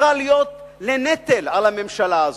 הפכה להיות לנטל על הממשלה הזאת.